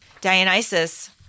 Dionysus